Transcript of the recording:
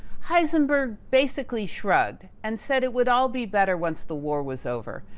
heisenberg basically shrugged and said it would all be better once the war was over.